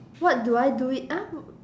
what do I do it ah